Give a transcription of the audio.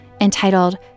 entitled